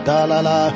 Dalala